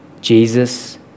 Jesus